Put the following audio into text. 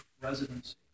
residency